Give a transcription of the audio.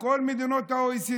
בכל מדינות ה-OECD.